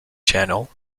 channel